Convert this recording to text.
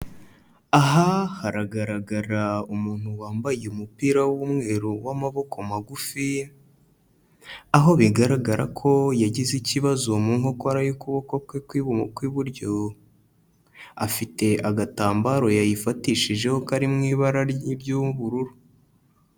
Aha haragaragara umuntu wambaye umupira w'umweru w'amaboko magufi, aho bigaragara ko yagize ikibazo mu nkokora y'ukuboko kwe kw'iburyo, afite agatambaro yayifatishijeho kari mu ibara ry'ubururu.